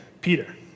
Peter